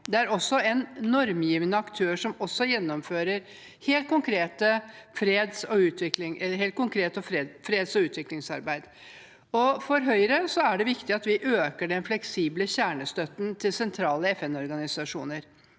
Det er også en normgivende aktør som gjennomfører helt konkret freds- og utviklingsarbeid. For Høyre er det viktig at vi øker den fleksible kjernestøtten til sentrale FN-organisasjoner.